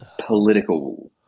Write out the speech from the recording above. political